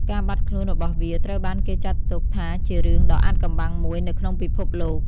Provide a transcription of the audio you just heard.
ការបាត់ខ្លួនរបស់វាត្រូវបានគេចាត់ទុកថាជារឿងដ៏អាថ៌កំបាំងមួយនៅក្នុងពិភពលោក។